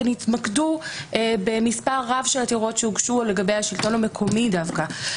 הם התמקדו במספר רב של עתירות שהוגשו לגבי השלטון המקומי דווקא.